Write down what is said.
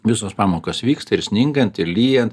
visos pamokos vyksta ir sningant ir lyjant